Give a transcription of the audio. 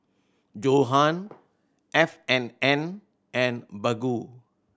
Johan F and N and Baggu